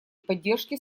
поддержки